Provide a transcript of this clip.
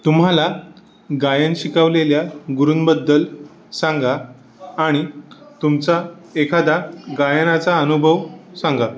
तुम्हाला गायन शिकवलेल्या गुरुंबद्दल सांगा आणि तुमचा एखादा गायनाचा अनुभव सांगा